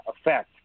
effect